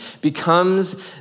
becomes